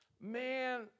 man